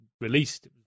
released